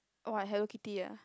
oh Hello Kitty ah